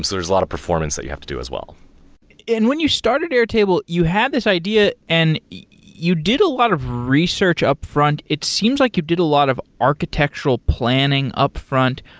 there's a lot of performance that you have to do as well and when you started airtable, you have this idea and you did a lot of research upfront. it seems like you did a lot of architectural planning upfront.